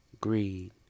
greed